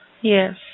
Yes